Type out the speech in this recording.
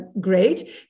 great